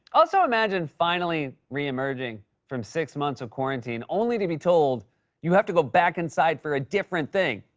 also, imagine finally reemerging from six months of quarantine, only to be told you have to go back inside for a different thing.